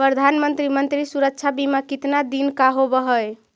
प्रधानमंत्री मंत्री सुरक्षा बिमा कितना दिन का होबय है?